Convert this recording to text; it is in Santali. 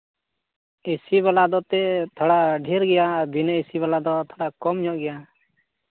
ᱮᱹᱥᱤ ᱵᱟᱞᱟ ᱫᱚ ᱛᱮᱫ ᱛᱷᱚᱲᱟ ᱰᱷᱮᱹᱨ ᱜᱮᱭᱟ ᱵᱤᱱᱟᱹ ᱮᱹᱥᱤ ᱵᱟᱞᱟ ᱫᱚ ᱛᱷᱚᱲᱟ ᱠᱚᱢ ᱧᱚᱜ ᱜᱮᱭᱟ